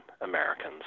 Americans